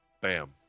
Bam